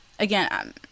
Again